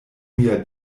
mia